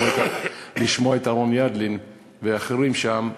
לשמוע את אהרון ידלין ואחרים שם,